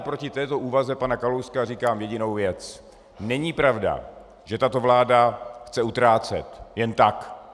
Proti této úvaze pana Kalouska tady říkám jedinou věc: Není pravda, že tato vláda chce utrácet jen tak.